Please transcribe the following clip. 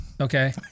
Okay